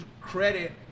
credit